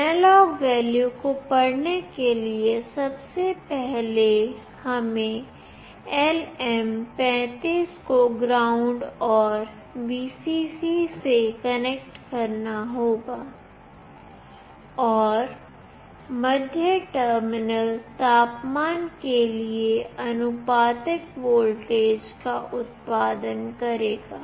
analogue value को पढ़ने के लिए सबसे पहले हमें LM35 को ग्राउंड और Vcc से कनेक्ट करना होगा और मध्य टर्मिनल तापमान के लिए आनुपातिक वोल्टेज का उत्पादन करेगा